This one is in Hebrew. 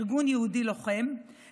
ארגון יהודי לוחם,